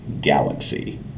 galaxy